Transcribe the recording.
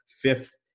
fifth